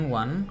one